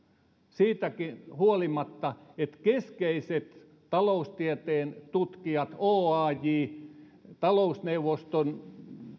siitäkin huolimatta että keskeiset taloustieteen tutkijat oaj talousneuvoston